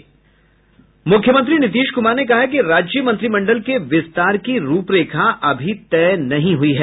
मुख्यमंत्री नीतीश कुमार ने कहा है कि राज्य मंत्रिमंडल के विस्तार की रूप रेखा अभी तय नहीं हुई है